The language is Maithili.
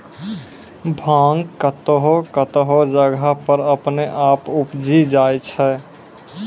भांग कतौह कतौह जगह पर अपने आप उपजी जाय छै